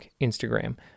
Instagram